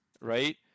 right